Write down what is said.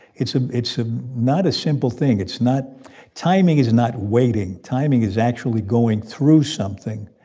it's a it's ah not a simple thing. it's not timing is not waiting. timing is actually going through something.